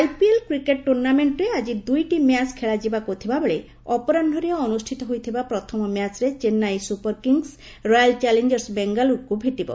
IPL IPL cricket ଟୁର୍ଣ୍ଣାମେଣ୍ଟରେ ଆଜି ଦୁଇଟି ମ୍ୟାଚ ଖେଳାଯିବାକୁ ଥିବାବେଳେ ଅପରାହ୍ୱରେ ଅନୁଷ୍ଠିତ ହୋଇଥିବା ପ୍ରଥମ ମ୍ୟାଚରେ ଚେନ୍ନାଇ ସୁପରକିଙ୍ଗ୍ସ ରୟାଲ ଚ୍ୟାଲେଞ୍ଜର୍ସ ବାଙ୍ଗାଲୁରକୁ ଭେଟିବ